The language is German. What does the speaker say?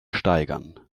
steigern